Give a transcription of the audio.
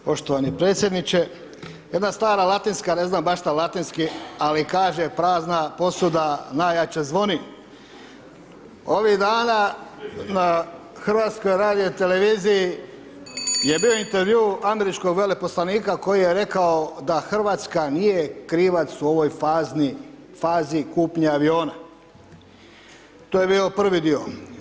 Poštovani predsjedniče, jedna stara latinska, ne znam baš na latinski, ali kaže „prazna posuda najjače zvoni.“ Ovih dana na HRT je bio intervju američkog veleposlanika koji je rekao da RH nije krivac u ovoj fazi kupnje aviona, to je bio prvi dio.